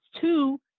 two